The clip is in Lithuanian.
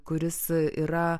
kuris yra